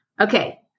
Okay